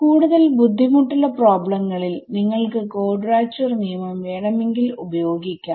കൂടുതൽ ബുദ്ധിമുട്ടുള്ള പ്രോബ്ലങ്ങളിൽ നിങ്ങൾക്ക് ക്വാഡ്രാച്ചുഅർ നിയമം വേണമെങ്കിൽ ഉപയോഗിക്കാം